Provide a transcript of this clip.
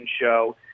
show